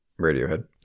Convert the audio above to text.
radiohead